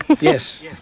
Yes